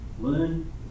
learn